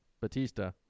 Batista